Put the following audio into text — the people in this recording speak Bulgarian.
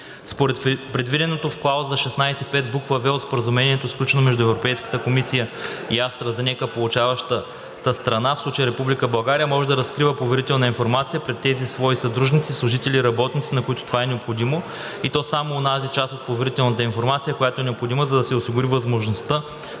Според предвиденото в клауза 16.5, буква „в“ от Споразумението, сключено между Европейската комисия и АстраЗенека, получаващата страна, в случая Република България, може да разкрива поверителна информация пред тези свои съдружници, служители и работници, на които това е необходимо, и то само онази част от поверителната информация, която е необходима, за да се осигури възможността